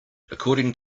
according